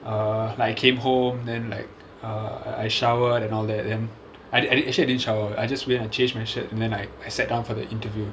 err like I came home then like err I showered and all that then I did I did actually I didn't shower I just went in I changed my shirt and then like I sat down for the interview